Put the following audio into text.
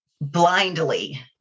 Blindly